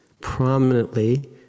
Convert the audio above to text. prominently